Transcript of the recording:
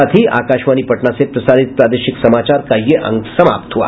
इसके साथ ही आकाशवाणी पटना से प्रसारित प्रादेशिक समाचार का ये अंक समाप्त हुआ